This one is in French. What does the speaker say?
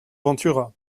ventura